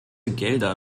gelder